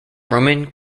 roman